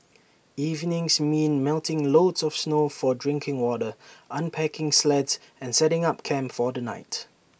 evenings mean melting loads of snow for drinking water unpacking sleds and setting up camp for the night